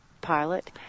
pilot